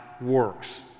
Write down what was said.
works